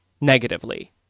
negatively